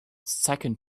second